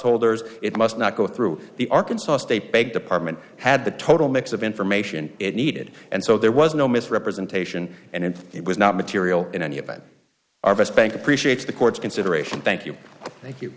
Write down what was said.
holders it must not go through the arkansas state big department had the total mix of information it needed and so there was no misrepresentation and it was not material in any event our best bank appreciates the court's consideration thank you thank you